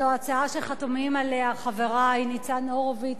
זו הצעה שחתומים עליה חברי ניצן הורוביץ,